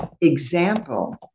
example